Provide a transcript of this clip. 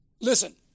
Listen